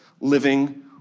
living